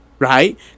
Right